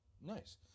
nice